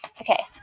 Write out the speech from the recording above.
Okay